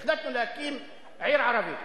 עיר ערבית.